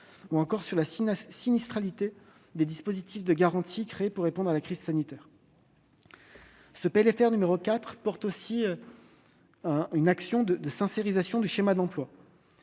ou pour la sinistralité des dispositifs de garantie créés pour répondre à la crise sanitaire. Le PLFR 4 matérialise aussi notre action de sincérisation du schéma d'emplois.